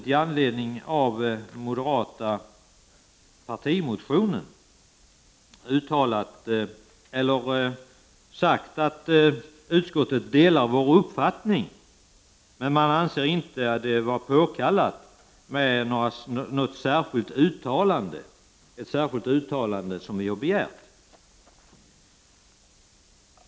I anledning av den moderata partimotionen har utskottet sagt att utskottet delar vår uppfattning, men man anser det inte påkallat med ett särskilt uttalande som vi har begärt.